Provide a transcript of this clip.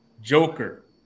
joker